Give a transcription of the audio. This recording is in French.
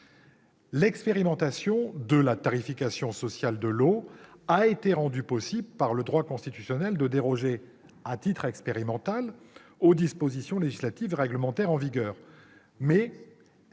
L'expérimentation de la tarification sociale de l'eau a été rendue possible par l'autorisation accordée aux collectivités locales de déroger, à titre expérimental, aux dispositions législatives et réglementaires en vigueur,